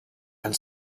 and